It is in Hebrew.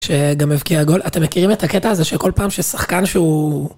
‫שגם הבקיע גול, אתם מכירים ‫את הקטע הזה שכל פעם ששחקן שהוא...